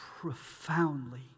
profoundly